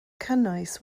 cynnwys